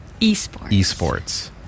eSports